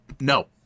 No